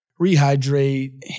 rehydrate